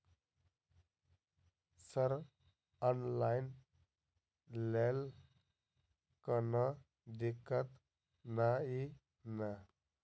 Sir online लैल कोनो दिक्कत न ई नै?